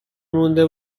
مونده